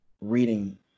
reading